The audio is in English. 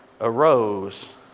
arose